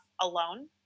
alone